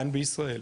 כאן בישראל,